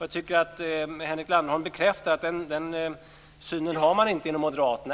Jag tycker att Henrik Landerholm bekräftar att man ännu inte har den synen inom Moderaterna.